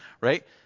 right